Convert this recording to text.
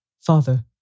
Father